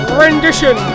rendition